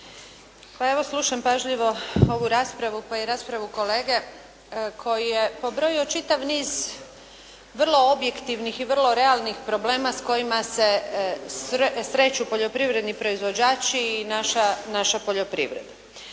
Pa evo slušam pažljivo ovu raspravu pa i raspravu kolege koji je pobrojio čitav niz vrlo objektivnih i vrlo realnih problema s kojima se sreću poljoprivredni proizvođači i naša poljoprivreda.